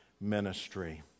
ministry